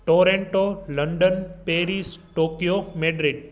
Toronto London Paris Tokyo Madrid